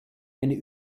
eine